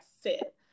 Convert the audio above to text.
fit